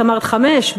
את אמרת חמש?